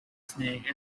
snake